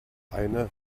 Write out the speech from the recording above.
eine